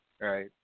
right